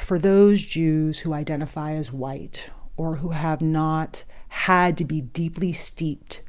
for those jews who identify as white or who have not had to be deeply steeped